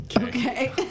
Okay